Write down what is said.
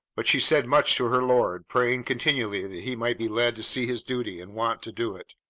but she said much to her lord, praying continually that he might be led to see his duty and want to do it,